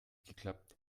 geklappt